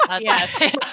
Yes